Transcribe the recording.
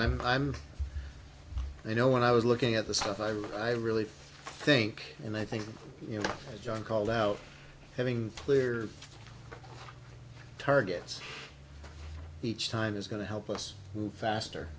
i'm i'm you know when i was looking at the stuff i like i really think and i think you know as john called out having clear targets each time is going to help us move faster